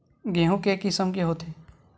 गेहूं के किसम के होथे?